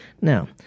Now